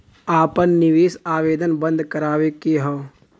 आपन निवेश आवेदन बन्द करावे के हौ?